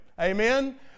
Amen